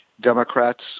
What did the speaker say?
Democrats